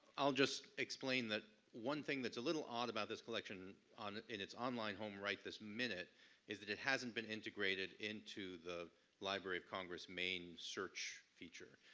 i'll just explain that one thing that's a little odd about this collection in its online home right this minute is that it hasn't been integrated into the library of congress main search feature.